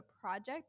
project